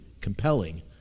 compelling